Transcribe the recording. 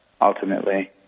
ultimately